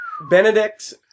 Benedict